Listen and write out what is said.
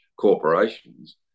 corporations